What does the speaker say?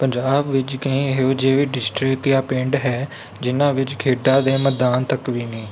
ਪੰਜਾਬ ਵਿੱਚ ਕਈ ਇਹੋ ਜਿਹੇ ਵੀ ਡਿਸਟਰਿਕ ਜਾਂ ਪਿੰਡ ਹੈ ਜਿਨ੍ਹਾਂ ਵਿੱਚ ਖੇਡਾਂ ਦੇ ਮੈਦਾਨ ਤੱਕ ਵੀ ਨਹੀਂ